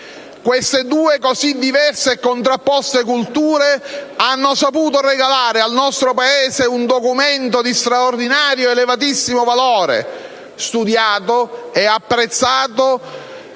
queste due così diverse e contrapposte culture hanno saputo regalare al nostro Paese un documento di straordinario ed elevatissimo valore, studiato, apprezzato